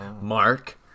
Mark